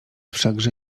wszakże